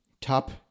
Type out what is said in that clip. Top